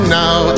now